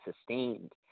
sustained